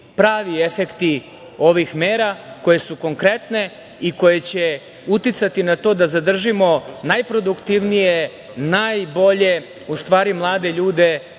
pravi efekti ovih mera koje su konkretne i koje će uticati na to da zadržimo najproduktivnije, najbolje mlade ljude